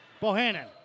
Bohannon